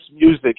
music